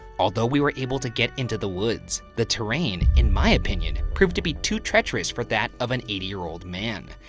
although we were able to get into the woods, the terrain, in my opinion, proved to be too treacherous for that of an eighty year old man.